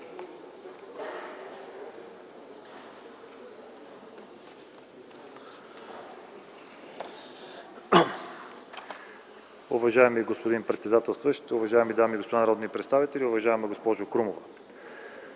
Уважаеми господин председателстващ, уважаеми дами и господа народни представители, уважаеми господин